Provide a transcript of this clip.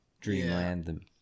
dreamland